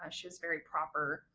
ah she's very proper,